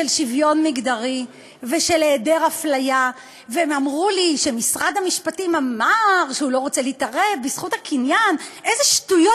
טלב אבו עראר שהוא לא מתגרש כי זה לא טוב.